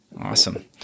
Awesome